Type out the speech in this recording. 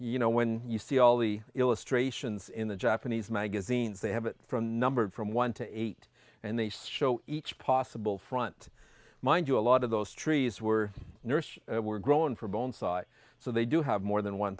you know when you see all the illustrations in the japanese magazines they have it from numbered from one to eight and they stole each possible front mind you a lot of those trees were nursed were grown for bone size so they do have more than one